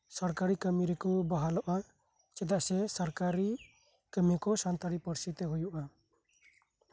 ᱥᱚᱨᱠᱟᱨᱤ ᱠᱟᱹᱢᱤ ᱨᱮᱠᱚ ᱵᱟᱦᱟᱞᱚᱜᱼᱟ ᱪᱮᱫᱟᱜ ᱥᱮ ᱥᱚᱨᱠᱟᱨᱤ ᱠᱟᱹᱢᱤ ᱠᱚ ᱥᱟᱱᱛᱟᱲᱤ ᱯᱟᱹᱨᱥᱤᱛᱮ ᱦᱩᱭᱩᱜᱼᱟ